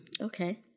Okay